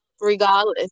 regardless